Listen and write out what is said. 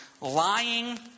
lying